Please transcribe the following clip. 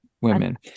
women